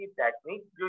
techniques